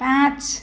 पाँच